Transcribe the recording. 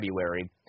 February